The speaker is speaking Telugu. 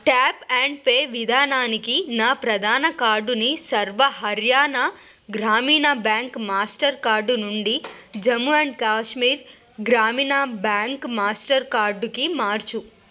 ట్యాప్ అండ్ పే విధానానికి నా ప్రధాన కార్డుని Sarva Haryana Gramin bank master card నుండి Jammu and Kashmir Gramin bank master కార్డుకి మార్చు